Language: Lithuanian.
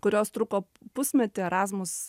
kurios truko pusmetį erasmus